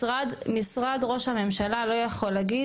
משרד ראש הממשלה לא יכול להגיד,